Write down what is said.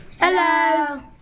Hello